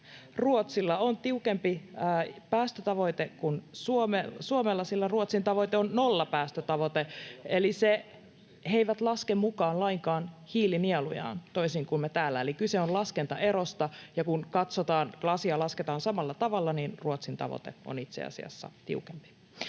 Ruotsilla on tiukempi päästötavoite kuin Suomella, sillä Ruotsin tavoite on nollapäästötavoite, [Petri Hurun välihuuto] eli he eivät laske mukaan lainkaan hiilinielujaan toisin kuin me täällä. Eli kyse on laskentaerosta, ja kun lasketaan samalla tavalla, niin Ruotsin tavoite on itse asiassa tiukempi.